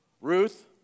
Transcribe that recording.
Ruth